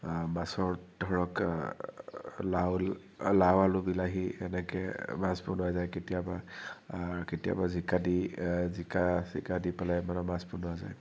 মাছৰ ধৰক লাউ লাউ আলু বিলাহী এনেকৈ মাছ বনোৱা যায় কেতিয়াবা আৰু কেতিয়াবা জিকা দি জিকা চিকা দি পেলাই মানে মাছ বনোৱা যায়